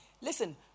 Listen